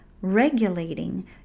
regulating